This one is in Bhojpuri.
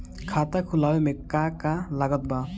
खाता खुलावे मे का का लागत बा?